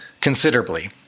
considerably